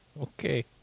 Okay